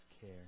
care